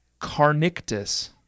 carnictus